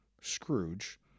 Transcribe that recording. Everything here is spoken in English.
Scrooge